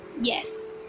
Yes